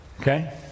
Okay